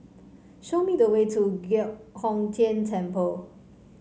show me the way to Giok Hong Tian Temple